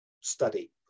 study